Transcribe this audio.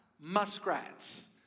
muskrats